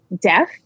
deaf